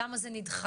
למה זה נדחה?